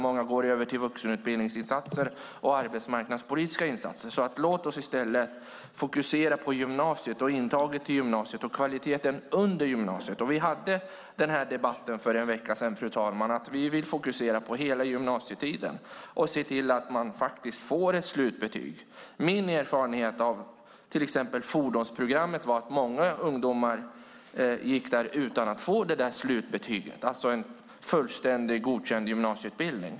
Många har gått över till vuxenutbildningsinsatser och arbetsmarknadspolitiska insatser. Låt oss i stället fokusera på gymnasiet, intaget till gymnasiet och kvaliteten under gymnasietiden. Fru talman! För en vecka sedan hade vi en debatt där vi sade att vi vill fokusera på hela gymnasietiden och se till att eleverna faktiskt får ett slutbetyg. Min erfarenhet av till exempel fordonsprogrammet var att många ungdomar gick programmet utan att få slutbetyg, det vill säga en fullständig godkänd gymnasieutbildning.